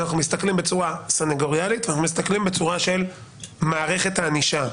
אנחנו מסתכלים בצורה סניגוריאלית ואנחנו מסתכלים בצורה של מערכת הענישה.